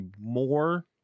more